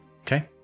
Okay